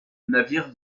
navire